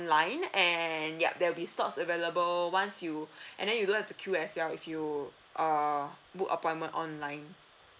~line and yup there will be stocks available once you and then you don't have to queue as well if you uh book appointment online